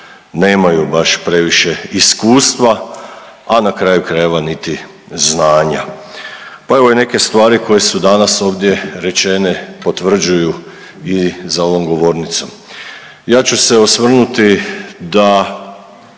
nemaju baš previše iskustva, a na kraju krajeva niti znanja. Pa evo neke stvari koje su danas ovdje rečene potvrđuju i za ovom govornicom. Ja ću se osvrnuti da